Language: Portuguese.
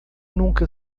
nunca